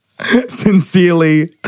Sincerely